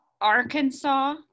Arkansas